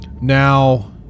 Now